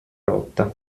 rotta